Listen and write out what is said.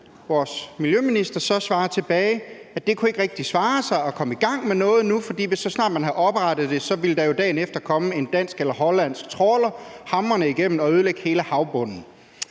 vores miljøminister, at det er ikke rigtig kunne svare sig at gå i gang med noget nu, for så snart man havde oprettet det, ville der jo dagen efter komme en dansk eller hollandsk trawler hamrende igennem og ødelægge hele havbunden.